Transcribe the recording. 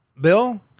Bill